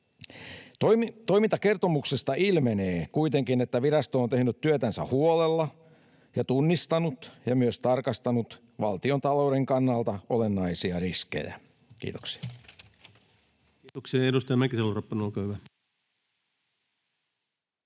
Toimintakertomuksesta ilmenee kuitenkin, että virasto on tehnyt työtänsä huolella ja tunnistanut ja myös tarkastanut valtiontalouden kannalta olennaisia riskejä. — Kiitoksia. [Speech 183] Speaker: